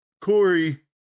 Corey